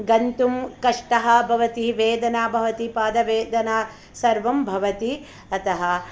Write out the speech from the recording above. गन्तुं कष्टं भवति वेदना भवति पादवेदना सर्वं भवति अतः